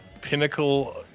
pinnacle